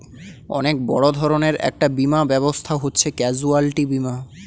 অনেক বড় ধরনের একটা বীমা ব্যবস্থা হচ্ছে ক্যাজুয়ালটি বীমা